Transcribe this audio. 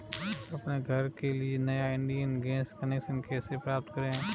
अपने घर के लिए नया इंडियन गैस कनेक्शन कैसे प्राप्त करें?